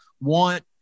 want